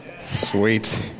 Sweet